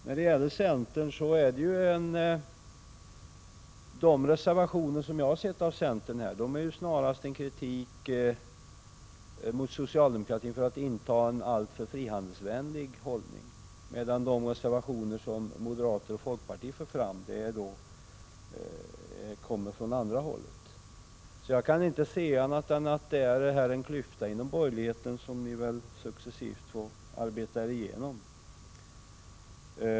När det gäller centern innehåller åtminstone de reservationer som jag har tagit del av kritik mot socialdemokratin för att denna intar en alltför frihandelsvänlig hållning. Moderaternas och folkpartiets reservationer däremot går åt andra hållet. Jag kan således inte se något annat än att det på detta område finns en klyfta inom borgerligheten — ett problem som man väl successivt får arbeta sig igenom.